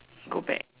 go back